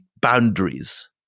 boundaries